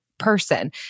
person